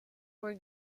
were